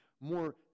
more